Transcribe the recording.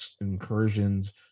incursions